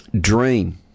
dream